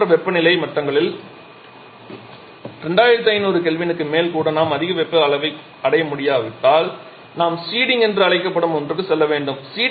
இதுபோன்ற வெப்பநிலை மட்டங்களில் 2500 K க்கு மேல் கூட நாம் அதிக வெப்பநிலை அளவை அடைய முடியாவிட்டால் நாம் சீடிங்க் என்று அழைக்கப்படும் ஒன்றுக்கு செல்ல வேண்டும்